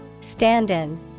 stand-in